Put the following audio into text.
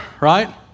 right